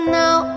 now